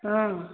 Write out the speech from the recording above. हँ